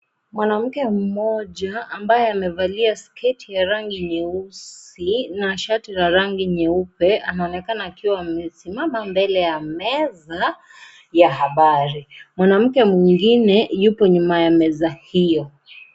Mwanamke mmoja ambaye amevalia sketi ya rangi nyeusi na shati la rangi nyeupe, anaonekana akiwa amesimama mbele ya meza ya habari, mwanamke mwengine huyo nyuma ya meza hiyo.